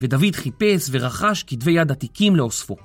ודוד חיפש ורכש כתבי יד עתיקים לאוספו